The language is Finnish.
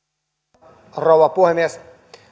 arvoisa rouva puhemies